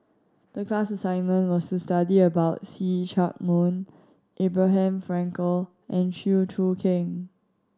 the class assignment was to study about See Chak Mun Abraham Frankel and Chew Choo Keng